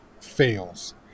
fails